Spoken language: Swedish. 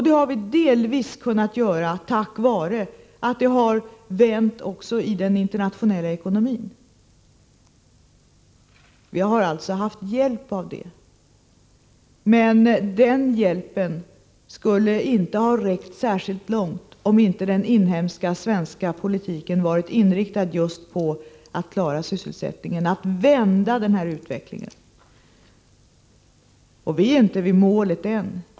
Det har vi delvis kunnat göra tack vare vändningen i den internationella ekonomin. Vi har alltså haft hjälp av det. Men den hjälpen skulle inte ha räckt särskilt långt om inte den inhemska svenska politiken varit inriktad just på att klara sysselsättningen och att vända den här utvecklingen. Vi har inte nått vårt mål än.